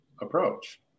approach